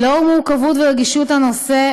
לאור מורכבות ורגישות הנושא,